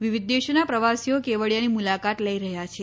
વિવિધ દેશોના પ્રવાસીઓ કેવડીયાની મુલાકાત લઇ રહયાં છે